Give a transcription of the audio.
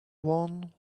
one